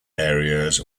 areas